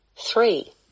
Three